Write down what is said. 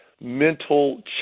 mental